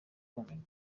kumirwa